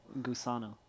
Gusano